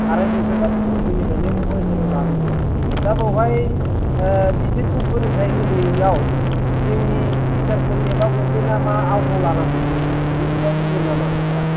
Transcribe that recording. आराइ बोसोर बा थिन बोसोरनिफ्रायनो फरायसालियाव लाबोयो दा बावहाय बिसोरखौ फोरोंथाइ होनायाव जोंनि टिसारफोर एबा गभमेन्टआ मा आव फाव लानांगौ बेनि सायाव बुंगोन नामा सारआ